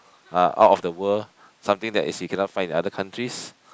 ah out of the world something that is you cannot find in other countries